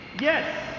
Yes